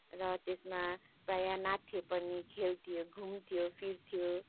र त्यसमा प्रायः नाच्थ्यौँ पनि खेल्थ्यौँ घुम्थ्यौँ फिर्थ्यौँ